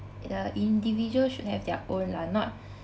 the individual should have their own lah not